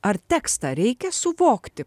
ar tekstą reikia suvokti